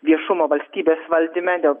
viešumo valstybės valdyme dėl